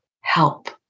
help